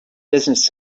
business